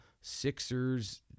Sixers